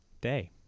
day